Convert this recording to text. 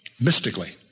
mystically